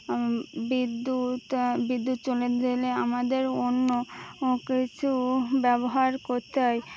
বিদ্যুৎ বিদ্যুৎ চলে দিলে আমাদের অন্য কিছু ব্যবহার করতে হয়